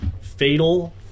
Fatal